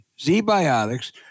Z-Biotics